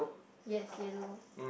yes yellow